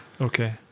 Okay